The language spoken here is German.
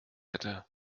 hätte